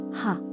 ha